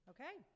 Okay